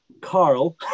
Carl